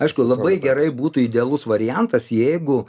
aišku labai gerai būtų idealus variantas jeigu